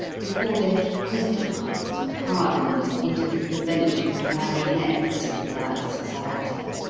before they have crystallised and hardened into the conventional marionettes of polite society.